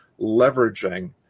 leveraging